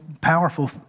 powerful